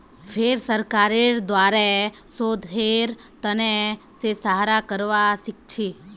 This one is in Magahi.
फेर सरकारेर द्वारे शोधेर त न से सहायता करवा सीखछी